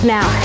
Now